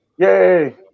Yay